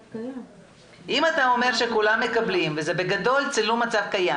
אם אתה אומר שכולם מקבלים ובגדול זה לא מצב קיים,